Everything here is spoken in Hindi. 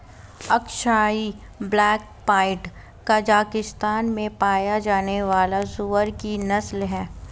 अक्साई ब्लैक पाइड कजाकिस्तान में पाया जाने वाली सूअर की नस्ल है